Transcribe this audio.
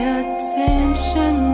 attention